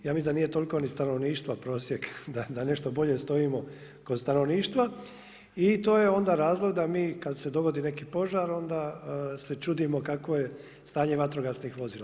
Ja mislim da nije toliko niti stanovništva prosjek da nešto bolje stojimo kod stanovništva i to je onda razlog da mi kada se dogodi neki požar onda se čudimo kakvo je stanje vatrogasnih vozila.